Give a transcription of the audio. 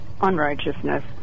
unrighteousness